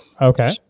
Okay